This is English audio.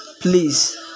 please